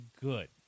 good